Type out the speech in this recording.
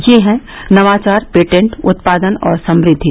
ये हैं नवाचार पेटेंट उत्पादन और समृद्वि